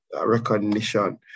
recognition